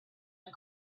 and